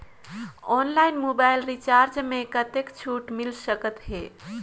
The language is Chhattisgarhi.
ऑनलाइन मोबाइल रिचार्ज मे कतेक छूट मिल सकत हे?